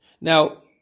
Now